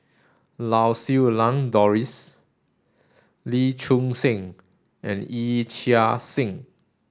Lau Siew Lang Doris Lee Choon Seng and Yee Chia Hsing